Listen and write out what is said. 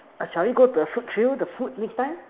shall we go to a food trail the food next time